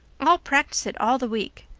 i'll practice it all the week.